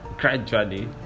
gradually